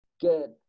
Good